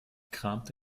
kramte